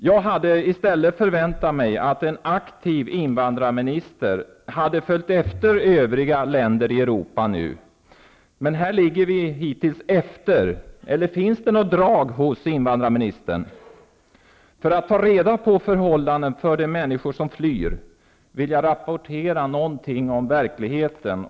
Jag hade väntat mig att en aktiv invandrarminister skulle ha följt efter övriga länder i Europa. Här ligger vi hittills efter. Eller finns det något drag hos invandrarministern? För att visa på förhållandena för de människor som flyr vill jag rapportera någonting från verkligheten.